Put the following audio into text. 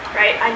right